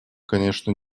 конечно